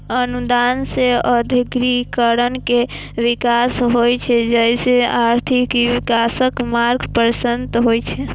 अनुदान सं औद्योगिकीकरण के विकास होइ छै, जइसे आर्थिक विकासक मार्ग प्रशस्त होइ छै